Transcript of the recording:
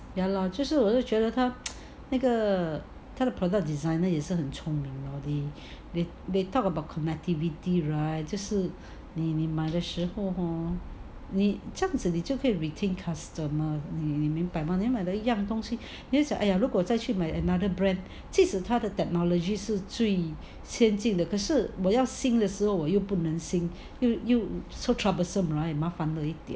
ya lor 就是我是觉得他那个他的 product designer 也是很聪明 lor nowadays they they talk about connectivity right 就是你买的时候 hor 你这样子你就可以 retain customers 你明白吗 then when 人要买一样的东西 then 想 !aiya! 如果再去买 another brand 即使他的 technology 是最先进的可是我要 sync 的时候又不能 sync 又又 so troublesome right 麻烦